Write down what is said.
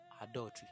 adultery